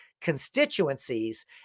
constituencies